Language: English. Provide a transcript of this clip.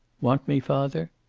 want me, father?